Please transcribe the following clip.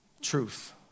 Truth